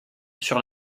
sur